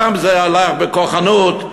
פעם זה הלך בכוחנות.